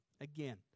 Again